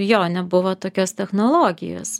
jo nebuvo tokios technologijos